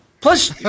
Plus